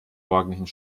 morgendlichen